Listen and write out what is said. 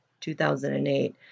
2008